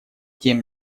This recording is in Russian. тем